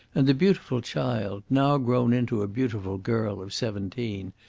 and the beautiful child, now grown into a beautiful girl of seventeen,